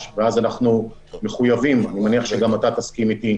ואז אנחנו מחויבים אני מניח שגם אתה תסכים איתי,